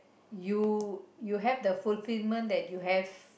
you you have the fulfilment that you have